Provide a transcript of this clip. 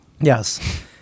Yes